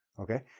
okay?